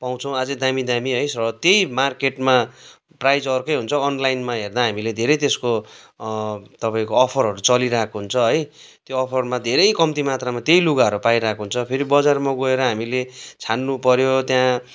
पाउँछौँ अझै दामी दामी है र त्यही मार्केटमा प्राइज अर्कै हुन्छ अनलाइनमा हेर्दा हामीले धेरै त्यसको तपाईँको अफरहरू चलिरहेको हुन्छ है त्यो अफरमा धेरै कम्ती मात्रामा त्यही लुगाहरू पाइरहेको हुन्छ फेरि बजारमा गएर हामीले छान्नु पऱ्यो त्यहाँ